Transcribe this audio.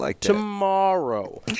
tomorrow